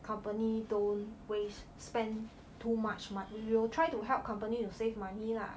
company don't waste spend too much money we will try to help company to save money lah